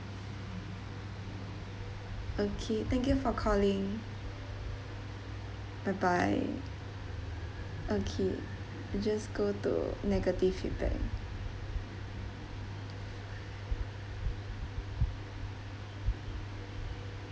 okay thank you for calling bye bye okay just go to negative feedback